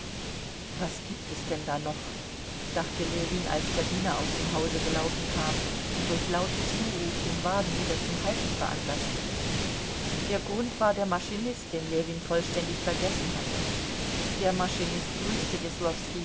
was gibt es denn da noch dachte ljewin als der diener aus dem hause gelaufen kam und durch lauten zuruf den wagen wieder zum halten veranlaßte der grund war der maschinist den ljewin vollständig vergessen hatte der maschinist grüßte